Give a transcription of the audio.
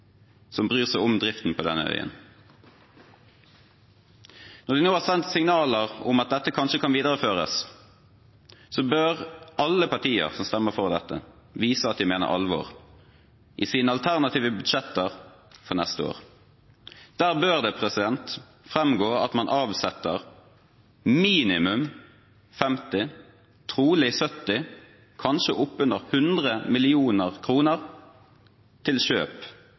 bryr seg om driften på denne øyen. Når de nå har sendt signaler om at dette kanskje kan videreføres, bør alle partier som stemmer for dette, vise at de mener alvor i sine alternative budsjetter for neste år. Der bør det framgå at man avsetter minimum 50 – trolig 70, kanskje opp under 100 – mill. kr til kjøp